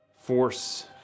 Force